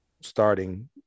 starting